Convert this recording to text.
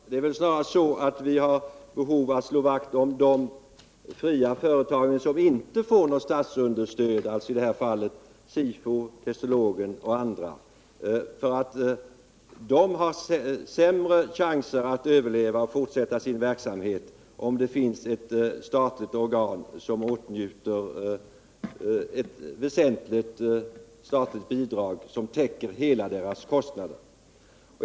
Herr talman! Det är väl snarare så att vi har behov av att slå vakt om de fria företag som inte får något statsunderstöd, alltså i detta fall SIFO, Testologen och andra. De har sämre chanser att överleva och fortsätta sin verksamhet, om det finns ett statligt organ som åtnjuter ett väsentligt statligt bidrag som täcker hela dess kostnad.